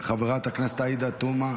חברת הכנסת עאידה תומא,